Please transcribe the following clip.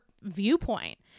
viewpoint